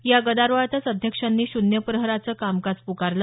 या गदारोळातच अध्यक्षांनी शून्य प्रहराचं कामकाज प्कारलं